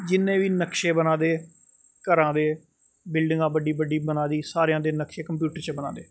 जिन्ने बी नक्शे बना दे घरा दे बिल्डिंगा बड्डी बड्डी बना दी सारेंआ दे नक्शे कप्यूटर च बना दे